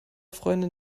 freundin